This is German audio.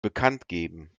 bekanntgeben